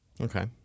Okay